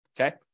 Okay